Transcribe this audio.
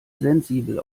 sensibel